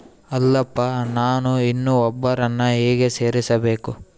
ಅಲ್ಲಪ್ಪ ನಾನು ಇನ್ನೂ ಒಬ್ಬರನ್ನ ಹೇಗೆ ಸೇರಿಸಬೇಕು?